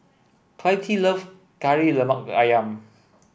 Clytie love Kari Lemak Ayam